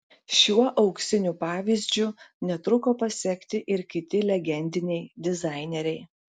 šiuo auksiniu pavyzdžiu netruko pasekti ir kiti legendiniai dizaineriai